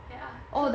ya so